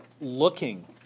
looking